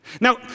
Now